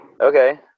Okay